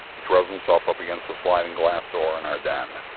he throws himself up against a sliding glass door in our den.